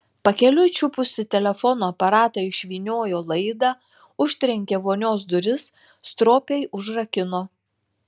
pakeliui čiupusi telefono aparatą išvyniojo laidą užtrenkė vonios duris stropiai užrakino